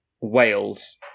Wales